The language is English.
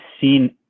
seen